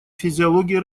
физиологии